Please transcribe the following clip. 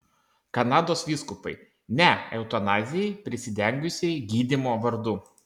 kanados vyskupai ne eutanazijai prisidengusiai gydymo vardu